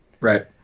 Right